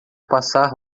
passar